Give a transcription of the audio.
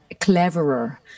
cleverer